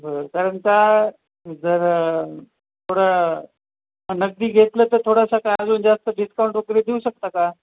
बरं कारण का जर थोडं नगदी घेतलं तर थोडंसं काय अजून जास्त डिस्काउंट वगैरे देऊ शकता का